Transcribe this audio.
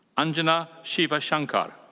anjana sivashankar.